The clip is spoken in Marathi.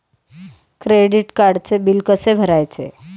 क्रेडिट कार्डचे बिल कसे भरायचे?